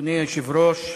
אדוני היושב-ראש,